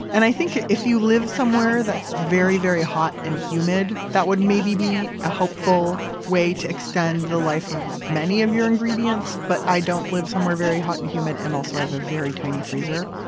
and i think if you live somewhere that's very, very hot and humid, that would maybe be a helpful way to extend the life of many of your ingredients, but i don't live somewhere very hot and humid, and also i have a very tiny freezer,